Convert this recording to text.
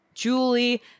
julie